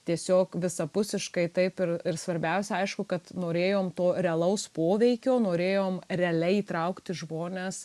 tiesiog visapusiškai taip ir ir svarbiausia aišku kad norėjom to realaus poveikio norėjom realiai įtraukti žmones